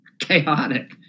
chaotic